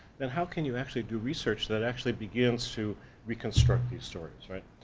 then how can you actually do research that actually begins to reconstruct these stories, right?